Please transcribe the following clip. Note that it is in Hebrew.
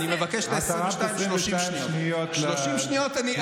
אני מבקש 22 שניות נוספות.